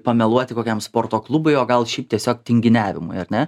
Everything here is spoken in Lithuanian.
pameluoti kokiam sporto klubui o gal šiaip tiesiog tinginiavimui ar ne